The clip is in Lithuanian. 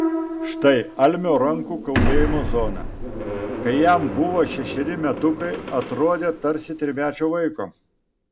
štai almio rankų kaulėjimo zona kai jam buvo šešeri metukai atrodė tarsi trimečio vaiko